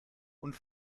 und